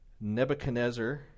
Nebuchadnezzar